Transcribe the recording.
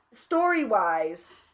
Story-wise